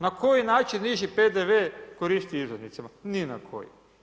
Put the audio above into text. Na koji način viši PDV koristi izlaznicama, ni na koji.